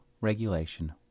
regulation